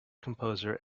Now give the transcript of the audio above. composer